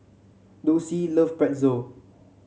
Dulcie love Pretzel